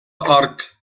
ark